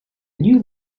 new